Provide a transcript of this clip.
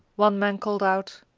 one man called out.